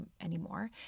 anymore